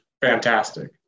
fantastic